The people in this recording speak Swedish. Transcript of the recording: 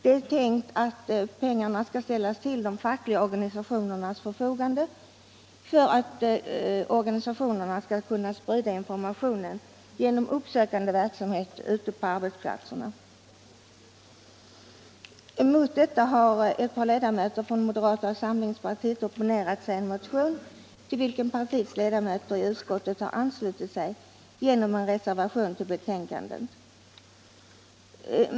Det är tänkt att pengarna skall ställas till de fackliga organisationernas förfogande för att organisationerna skall kunna sprida information genom uppsökande verksamhet ute på arbetsplatserna. Mot detta har ett par ledamöter från moderata samlingspartiet opponerat sig i en motion till vilken partiets ledamöter i utskottet har anslutit sig genom en reservation till betänkandet.